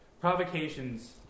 provocations